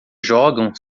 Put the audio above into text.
jogam